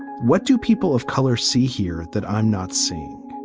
what do people of color see here that i'm not seeing?